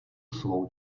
svou